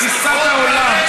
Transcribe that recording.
בתפיסת העולם?